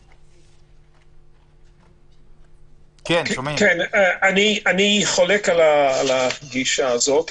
אני חולק על הגישה הזאת.